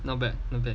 not bad not bad